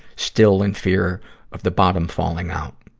still in fear of the bottom falling out.